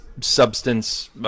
substance